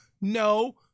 No